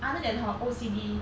other than her O_C_D